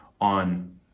on